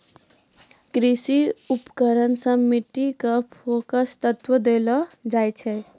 कृषि उपकरण सें मिट्टी क पोसक तत्व देलो जाय छै